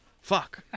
Fuck